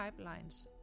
pipelines